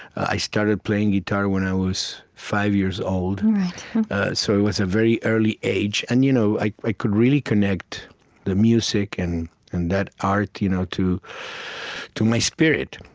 i started playing guitar when i was five years old right so it was a very early age. and you know i i could really connect the music and and that art you know to to my spirit.